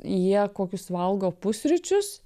jie kokius valgo pusryčius